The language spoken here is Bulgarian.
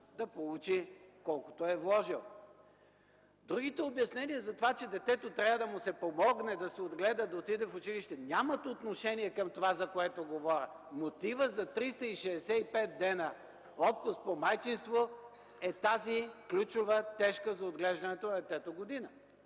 да получи колкото е вложил. Другите обяснения, че на детето трябва да му се помогне, да се отгледа, да отиде в училище, нямат отношение към това, за което говоря. Мотивът за 365 отпуск по майчинство е тази ключова, тежка за отглеждането на детето година.